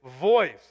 voice